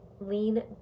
lean